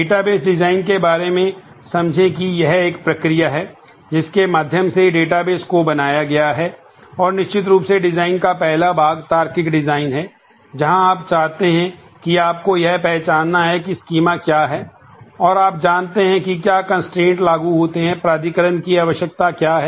database से आता है